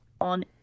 on